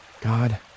God